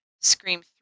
Scream